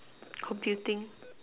computing